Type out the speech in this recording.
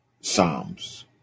Psalms